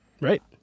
Right